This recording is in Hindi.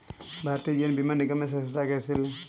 भारतीय जीवन बीमा निगम में सदस्यता कैसे लें?